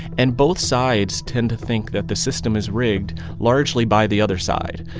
and both sides tend to think that the system is rigged largely by the other side.